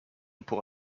pour